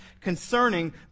concerning